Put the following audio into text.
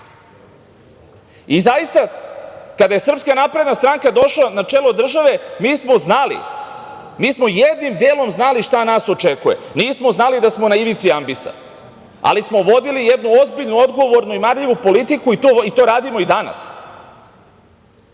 i Metohije. Zaista, kada je SNS došla na čelo države, mi smo znali, mi smo jednim delom znali šta nas očekuje. Nismo znali da smo na ivici ambisa, ali smo vodili jednu ozbiljnu, odgovornu i marljivu politiku i to radimo i danas. Mi